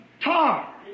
tar